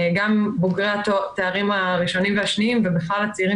גם בוגרי התארים הראשונים והשניים ובכלל הצעירים